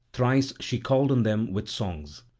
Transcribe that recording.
thrice she called on them with songs,